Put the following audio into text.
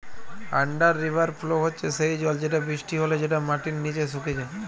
under river flow হচ্যে সেই জল যেটা বৃষ্টি হলে যেটা মাটির নিচে সুকে যায়